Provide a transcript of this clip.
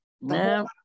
no